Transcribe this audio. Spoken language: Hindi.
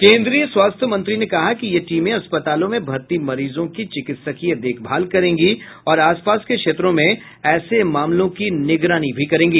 केन्द्रीय स्वास्थ्य मंत्री ने कहा कि यह टीमें अस्पतालों में भर्ती मरीजों की चिकित्सकीय देखभाल करेंगी और आस पास के क्षेत्रों में ऐसे मामलों की निगरानी भी करेंगी